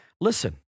Listen